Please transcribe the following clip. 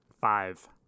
Five